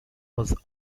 was